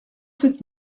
sept